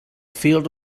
field